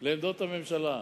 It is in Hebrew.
לעמדות הממשלה,